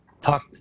talk